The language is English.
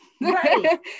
Right